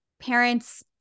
parents